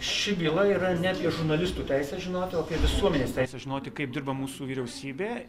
ši byla yra ne apie žurnalistų teisę žinoti o apie visuomenės teisę žinoti kaip dirba mūsų vyriausybė